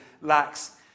lacks